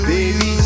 Baby